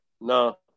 No